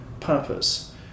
purpose